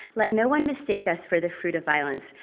let no one mistake us for the fruit of violence,